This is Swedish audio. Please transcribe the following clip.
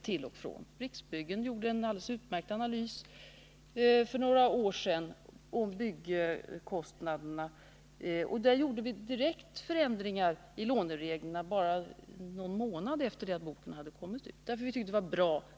Riksbyggen gjorde för några år sedan en alldeles utmärkt analys av byggkostnaderna, och bara någon månad efter det att boken hade kommit ut gjorde vi förändringar i lånereglerna, eftersom vi tyckte att förslagen var bra.